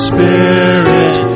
Spirit